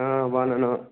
బాగున్నాను